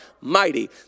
mighty